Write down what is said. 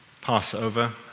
Passover